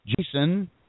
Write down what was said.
Jason